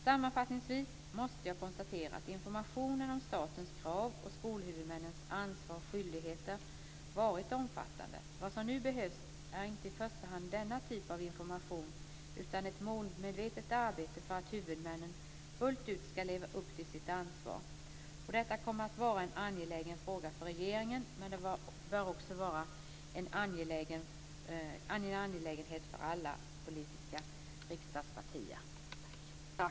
Sammanfattningsvis måste jag konstatera att informationen om statens krav och skolhuvudmännens ansvar och skyldigheter varit omfattande. Vad som nu behövs är inte i första hand denna typ av information utan ett målmedvetet arbete för att huvudmännen fullt ut skall leva upp till sitt ansvar. Detta kommer att vara en angelägen fråga för regeringen, men det bör också vara en angelägenhet för alla politiska riksdagspartier.